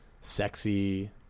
sexy